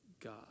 God